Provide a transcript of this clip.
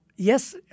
Yes